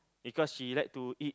because she like to eat